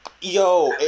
Yo